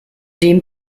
dem